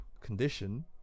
condition